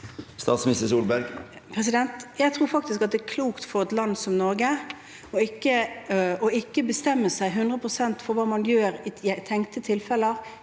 Jeg tror fak- tisk at det er klokt for et land som Norge ikke å bestemme seg 100 pst. for hva man gjør i tenkte tilfeller